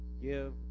Give